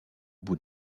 bout